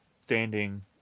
standing